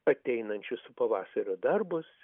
ateinančius pavasario darbus